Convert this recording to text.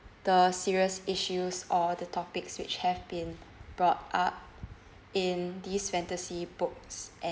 the serious issues or the topics which have been brought up in these fantasy books